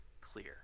clear